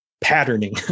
patterning